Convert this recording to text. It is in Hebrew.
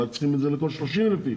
אולי צריכים את זה על כל 30,000 איש?